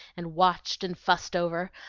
and watched, and fussed over.